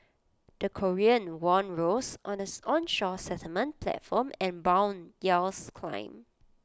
the Korean won rose on the onshore settlement platform and Bond yields climbed